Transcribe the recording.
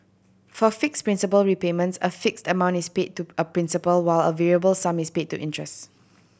for fixed principal repayments a fixed amount is paid to a principal while a variable sum is paid to interest